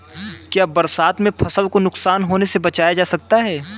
क्या बरसात में फसल को नुकसान होने से बचाया जा सकता है?